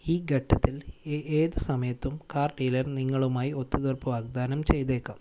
ഈ ഘട്ടത്തിൽ ഏത് സമയത്തും കാർ ഡീലർ നിങ്ങളുമായി ഒത്തുതീർപ്പ് വാഗ്ദാനം ചെയ്തേക്കാം